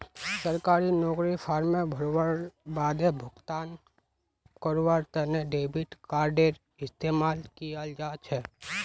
सरकारी नौकरीर फॉर्म भरवार बादे भुगतान करवार तने डेबिट कार्डडेर इस्तेमाल कियाल जा छ